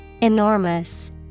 Enormous